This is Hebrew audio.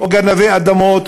או גנבי אדמות,